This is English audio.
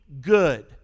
good